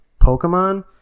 Pokemon